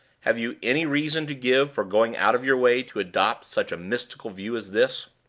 have you any reason to give for going out of your way to adopt such a mystical view as this,